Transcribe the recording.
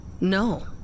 No